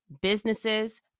businesses